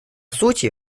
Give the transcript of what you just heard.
сути